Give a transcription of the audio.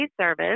service